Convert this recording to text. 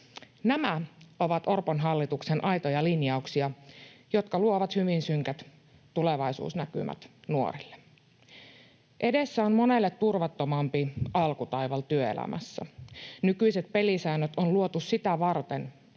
Nämä ovat Orpon hallituksen aitoja linjauksia, jotka luovat hyvin synkät tulevaisuusnäkymät nuorille. Edessä on monelle turvattomampi alkutaival työelämässä. Nykyiset pelisäännöt on luotu sitä varten,